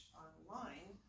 online